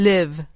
Live